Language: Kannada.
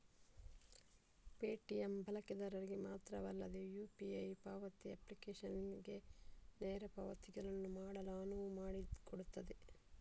ಪೇಟಿಎಮ್ ನ ಬಳಕೆದಾರರಿಗೆ ಮಾತ್ರವಲ್ಲದೆ ಯು.ಪಿ.ಐ ಪಾವತಿ ಅಪ್ಲಿಕೇಶನಿಗೆ ನೇರ ಪಾವತಿಗಳನ್ನು ಮಾಡಲು ಅನುವು ಮಾಡಿಕೊಡುತ್ತದೆ